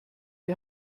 die